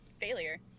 failure